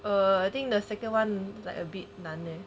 err I think the second [one] like a bit 难 leh